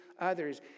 others